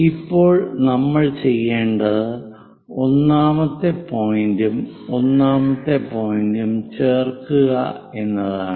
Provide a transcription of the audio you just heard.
ഇപ്പോൾ നമ്മൾ ചെയ്യേണ്ടത് ഒന്നാമത്തെ പോയിന്റ്റും ഒന്നാമത്തെ പോയിന്റ്റും ചേർക്കുക എന്നതാണ്